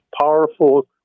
powerful